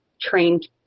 trained